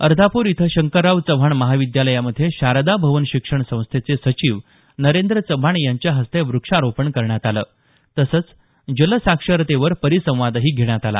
अर्धापूर इथं शंकरराव चव्हाण महाविद्यालयामध्ये शारदा भवन शिक्षण संस्थेचे सचिव नरेंद्र चव्हाण यांच्या हस्ते व्रक्षारोपण करण्यात आलं तसंच जलसाक्षरतेवर परिसंवादही घेण्यात आला